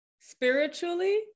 spiritually